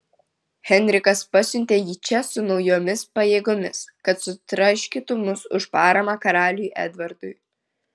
henrikas pasiuntė jį čia su naujomis pajėgomis kad sutraiškytų mus už paramą karaliui edvardui